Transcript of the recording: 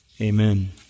Amen